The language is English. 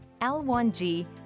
L1G